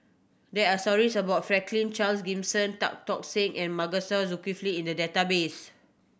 there are stories about Franklin Charles Gimson Tan Tock Seng and Masagos Zulkifli in the database